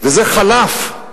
זה חלף,